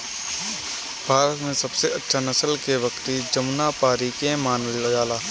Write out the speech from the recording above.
भारत में सबसे अच्छा नसल के बकरी जमुनापारी के मानल जाला